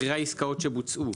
מחירי עסקאות שבוצעו.